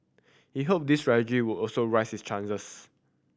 he hope this strategy would also raise his chances